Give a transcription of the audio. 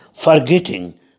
Forgetting